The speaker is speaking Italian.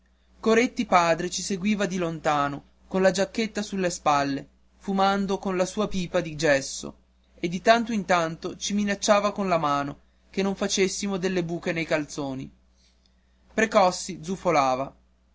coretti padre ci seguitava di lontano con la giacchetta sulle spalle fumando con la sua pipa di gesso e di tanto in tanto ci minacciava con la mano che non ci facessimo delle buche nei calzoni precossi zufolava